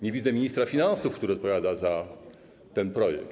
Nie widzę ministra finansów, który odpowiada za ten projekt.